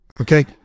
Okay